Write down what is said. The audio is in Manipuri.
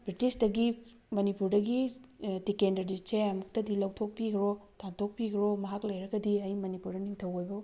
ꯕ꯭ꯔꯤꯇꯤꯁꯇꯒꯤ ꯃꯅꯤꯄꯨꯔꯗꯒꯤ ꯇꯦꯀꯦꯟꯗ꯭ꯔꯖꯤꯠꯁꯦ ꯑꯃꯨꯛꯇꯗꯤ ꯂꯧꯊꯣꯛꯄꯤꯈ꯭ꯔꯣ ꯇꯥꯟꯊꯣꯛꯄꯤꯈ꯭ꯔꯣ ꯃꯍꯥꯛ ꯂꯩꯔꯒꯗꯤ ꯑꯩ ꯃꯅꯤꯄꯨꯔꯗ ꯅꯤꯡꯊꯧ ꯑꯣꯏꯕ